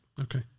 Okay